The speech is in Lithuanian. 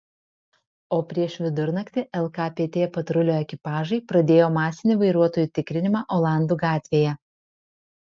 o prieš vidurnaktį lkpt patrulių ekipažai pradėjo masinį vairuotojų tikrinimą olandų gatvėje